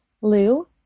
Lou